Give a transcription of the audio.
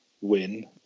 win